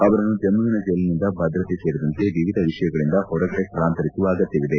ಅವರನ್ನು ಜಮ್ಮವಿನ ಜೈಲಿನಿಂದ ಭದ್ರತೆ ಸೇರಿದಂತೆ ವಿವಿಧ ವಿಷಯಗಳಿಂದ ಹೊರಗಡೆ ಸ್ವಳಾಂತರಿಸುವ ಅಗತ್ಯವಿದೆ